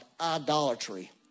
idolatry